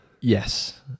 Yes